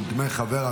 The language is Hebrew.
דמי חבר),